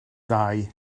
dau